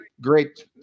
great